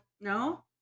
No